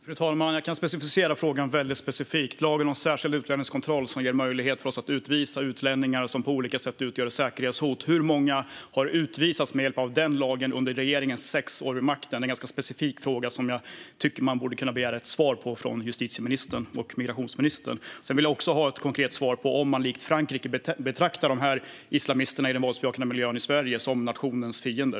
Fru talman! Jag kan göra frågan väldigt specifik. Lagen om särskild utlänningskontroll ger oss möjlighet att utvisa utlänningar som på olika sätt utgör säkerhetshot. Hur många har utvisats med hjälp av den lagen under regeringens sex år vid makten? Det är en ganska specifik fråga som jag tycker att man borde kunna begära ett svar på från justitie och migrationsministern. Sedan vill jag också ha ett konkret svar på om man likt Frankrike betraktar de här islamisterna i den våldsbejakande miljön i Sverige som nationens fiender.